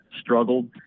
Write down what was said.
struggled